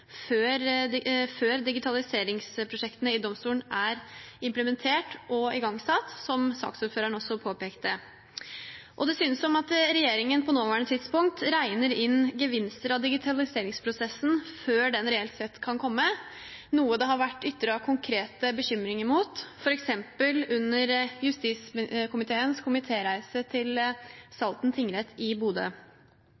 før digitaliseringsprosjektene i domstolene er implementert og igangsatt, noe saksordføreren også påpekte. Det synes som om regjeringen på det nåværende tidspunkt regner inn gevinster av digitaliseringsprosessen før den reelt sett kan komme, noe det har vært ytret konkrete bekymringer for, f.eks. under justiskomiteens komitéreise til